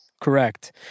Correct